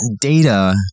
data